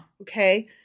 Okay